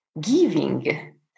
giving